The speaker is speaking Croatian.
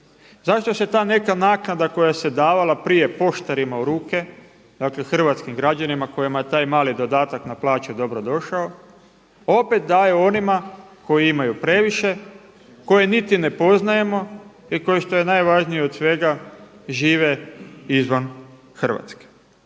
Zašto se ta neka naknada koja se davala prije poštarima u ruke, dakle hrvatskim građanima kojima je taj mali dodatak na plaću dobro došao, opet daju onima koji imaju previše, koje niti ne poznajemo i koji šta je najvažnije od svega žive izvan Hrvatske?